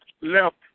left